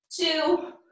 two